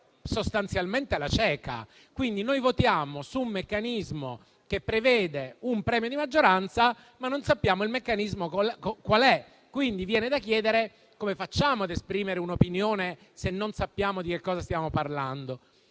sostanzialmente alla cieca. Noi votiamo su un meccanismo che prevede un premio di maggioranza, ma non sappiamo qual è questo meccanismo. Come facciamo ad esprimere un'opinione, se non sappiamo di che cosa stiamo parlando?